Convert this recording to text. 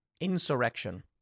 insurrection